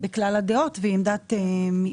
בכלל הדעות והיא עמדת מיעוט.